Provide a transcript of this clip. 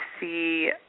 see